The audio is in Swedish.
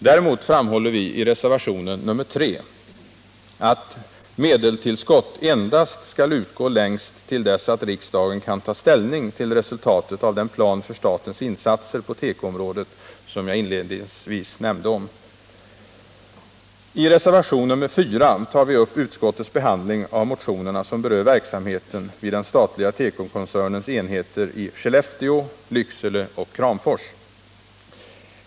Däremot framhåller vi i reservationen, att medelstillskott endast skall utgå längst till dess att riksdagen kan ta ställning till resultatet av ”den plan för statens insatser” på tekoområdet som jag inledningsvis nämnde. I reservationen 4 tar vi upp utskottets behandling av motionerna som berör verksamheten vid den statliga tekokoncernens enheter i Skellefteå, Lycksele och Kramfors.